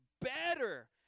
better